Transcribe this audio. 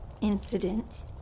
incident